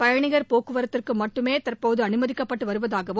பயணியர் போக்குவரத்துக்கு மட்டுமே தற்போது அனுமதிக்கப்பட்டு வருவதாகவும்